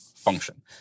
Function